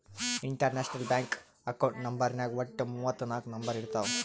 international bank account ನಂಬರ್ನಾಗ್ ವಟ್ಟ ಮೂವತ್ ನಾಕ್ ನಂಬರ್ ಇರ್ತಾವ್